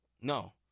No